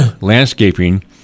landscaping